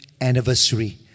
anniversary